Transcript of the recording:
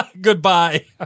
Goodbye